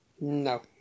No